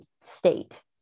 state